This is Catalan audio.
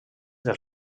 del